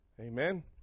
Amen